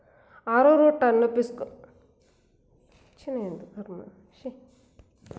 ಆರ್ರೋರೂಟನ್ನು ಬಿಸ್ಕೆಟ್ಗಳು ಹಾಗೂ ಜೆಲ್ಲಿಗಳು ಮತ್ತು ಕೇಕ್ ಹಾಗೂ ಪುಡಿಂಗ್ ರೂಪದಲ್ಲೀ ಸೇವಿಸ್ಬೋದು